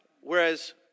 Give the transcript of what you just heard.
Whereas